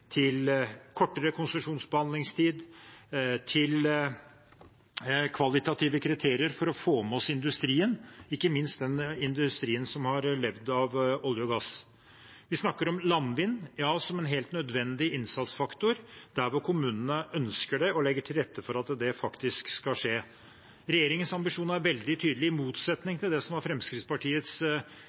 kortere konsesjonsbehandlingstid og kvalitative kriterier for å få med oss industrien, ikke minst den industrien som har levd av olje og gass. Vi snakker om landvind – ja – som en helt nødvendig innsatsfaktor der hvor kommunene ønsker det og legger til rette for at det faktisk skal skje. Regjeringens ambisjon er veldig tydelig. I motsetning til hvordan det var i Fremskrittspartiets